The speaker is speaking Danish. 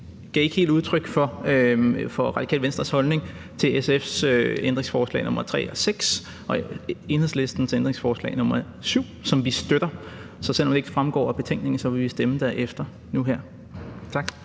gav ikke helt udtryk for Radikale Venstres holdning til SF's ændringsforslag nr. 3 og 6 og Enhedslistens ændringsforslag nr. 7, som vi støtter. Så selv om det ikke fremgår af betænkningen, vil vi stemme derefter nu her. Tak.